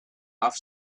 off